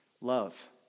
Love